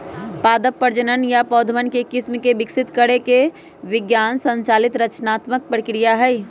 पादप प्रजनन नया पौधवन के किस्म के विकसित करे के विज्ञान संचालित रचनात्मक प्रक्रिया हई